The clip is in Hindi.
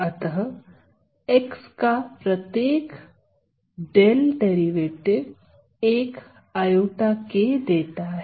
अतः x का प्रत्येक ▽ डेरिवेटिव एक ik देता है